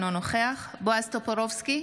אינו נוכח בועז טופורובסקי,